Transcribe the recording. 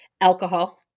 Alcohol